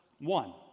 one